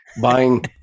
buying